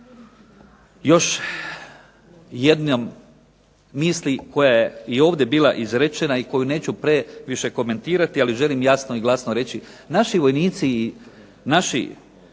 još jednom misli koja je ovdje bila izrečena i koju ne želim previše komentirati ali želim jasno i glasno reći naši pripadnici